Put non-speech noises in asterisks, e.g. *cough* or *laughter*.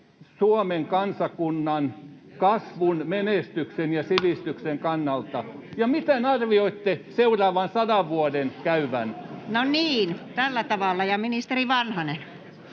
Suomen kansakunnan kasvun, menestyksen ja sivistyksen kannalta, ja miten arvioitte seuraavan sadan vuoden käyvän? *laughs* [Speech 104] Speaker: